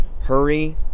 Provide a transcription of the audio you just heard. Hurry